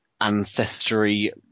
ancestry